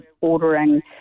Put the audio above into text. ordering